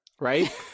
right